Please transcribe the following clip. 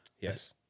Yes